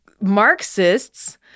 Marxists